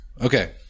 okay